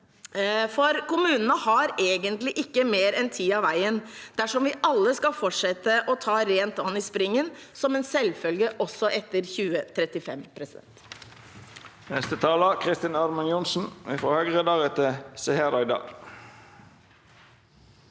for kommunene har egentlig ikke mer enn tiden og veien dersom vi alle skal fortsette å ta rent vann i springen som en selvfølge, også etter 2035. Kristin